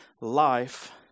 life